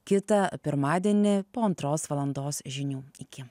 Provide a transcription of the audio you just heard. kitą pirmadienį po antros valandos žinių iki